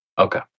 Okay